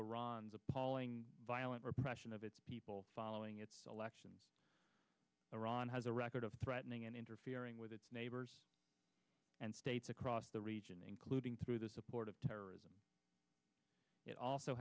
is appalling violent repression of its people following its elections iran has a record of threatening and interfering with its neighbors and states across the region including through the support of terrorism it also